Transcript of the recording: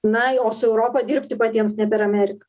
na o su europa dirbti patiems ne per ameriką